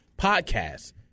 Podcast